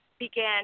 Began